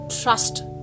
trust